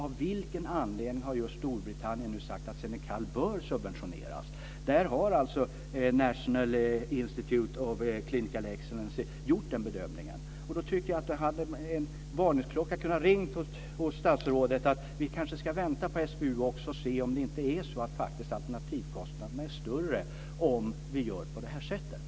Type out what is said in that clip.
Av vilken anledning har just Storbritannien nu sagt att Xenical bör subventioneras? Där har alltså National Institute of Clinical Excellency gjort den bedömningen. Då borde en varningsklocka ha ringt hos statsrådet: Vi kanske ska vänta på SBU och se om det inte är så att alternativkostnaderna är större om vi gör på det här sättet.